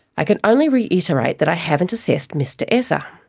i can only reiterate that i haven't assessed mr essa.